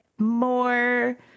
More